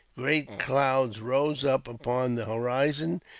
great clouds rose up upon the horizon,